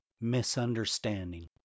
misunderstanding